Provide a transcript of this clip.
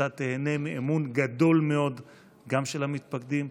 אתה תיהנה מאמון גדול מאוד גם של המתפקדים,